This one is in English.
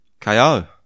KO